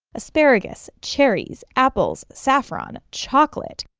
asparagus, cherries, apples, saffron, chocolate,